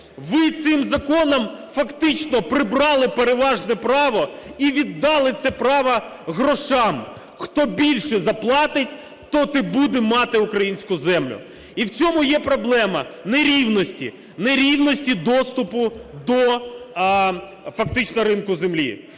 Ви цим законом фактично прибрали переважне право і віддали це право грошам: хто більше заплатить, той і буде мати українську землю. І в цьому є проблема нерівності, нерівності доступу до фактично ринку землі.